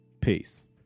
Peace